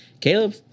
Caleb